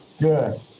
Good